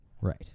Right